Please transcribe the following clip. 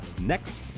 Next